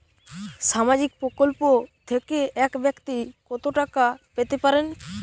সামাজিক প্রকল্প থেকে এক ব্যাক্তি কত টাকা পেতে পারেন?